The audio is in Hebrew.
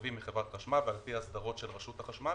שמוסבים לחברת החשמל ועל-פי ההסדרות של רשות החשמל.